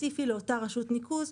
ספציפי לאותה רשות ניקוז.